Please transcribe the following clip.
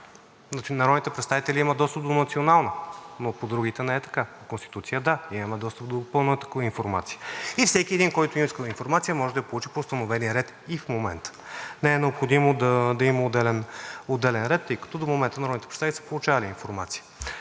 националните представители имат достъп до национална, но по другите не е така. По Конституция – да, имаме достъп до пълната информация. Всеки един, който иска информация, може да я получи по установения ред и в момента. Не е необходимо да има отделен ред, тъй като до момента народните представители са получавали информация.